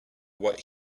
what